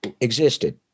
existed